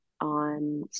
on